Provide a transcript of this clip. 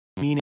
meaning